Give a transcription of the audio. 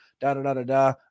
da-da-da-da-da